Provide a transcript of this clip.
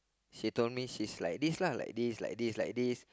she told me she's like this lah like this like this